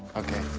okay.